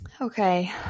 Okay